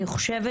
אני חושבת